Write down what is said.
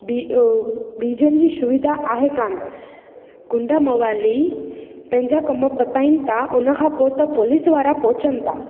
B बीजनि जी सुविधा आहे कोन गुंडा मवाली पंहिंजा कमु पताइनि था उन खां पोइ त पुलिस वारा पहुचनि था